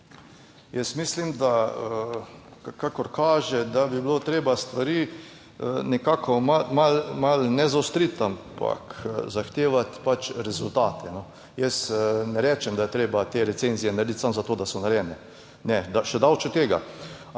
Jaz mislim, kakor kaže, da bi bilo treba stvari nekako malo, malo ne zaostriti, ampak zahtevati pač rezultate. Jaz ne rečem, da je treba te recenzije narediti samo za to, da so narejene, ne, še, daleč od tega.